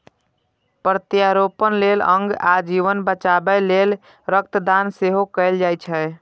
प्रत्यारोपण लेल अंग आ जीवन बचाबै लेल रक्त दान सेहो कैल जाइ छै